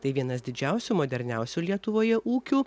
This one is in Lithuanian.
tai vienas didžiausių moderniausių lietuvoje ūkių